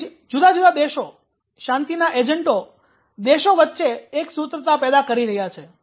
તેથી જ જુદા જુદા દેશો શાંતિના એજન્ટો દેશો વચ્ચે સુમેળએકસૂત્રતા પેદા કરી રહ્યા છે